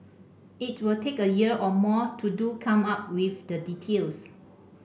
it will take a year or more to do come up with the details